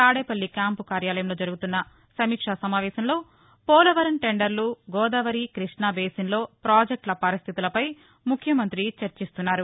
Tadepalli camp కార్యాలయంలో జరుగుతున్న సమీక్షా సమావేశంలో పోలవరం టెండర్లు గోదావరి క్బష్ణ బేసిన్లో ప్రాజెక్టుల పరిస్టితులపై ముఖ్యమంతి చర్చిస్తున్నారు